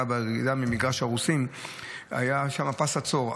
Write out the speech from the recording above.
היה במגרש הרוסים פס עצור,